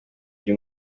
byo